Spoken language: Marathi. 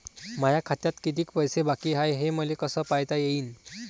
माया खात्यात कितीक पैसे बाकी हाय हे मले कस पायता येईन?